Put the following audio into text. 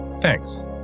Thanks